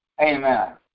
Amen